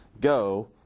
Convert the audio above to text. go